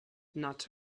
not